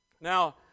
Now